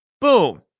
Boom